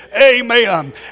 Amen